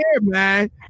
man